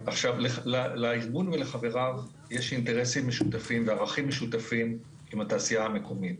לארגון ולחבריו יש אינטרסים משותפים וערכים משותפים עם התעשייה המקומית.